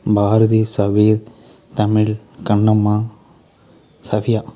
Bharathi Sameer Tamil Kannamma Safiya